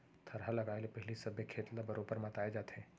थरहा लगाए ले पहिली सबे खेत ल बरोबर मताए जाथे